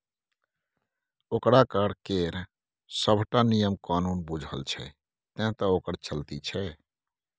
ओकरा कर केर सभटा नियम कानून बूझल छै तैं तँ ओकर चलती छै